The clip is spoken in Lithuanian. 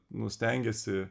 nu stengiasi